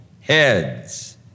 heads